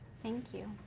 thank you.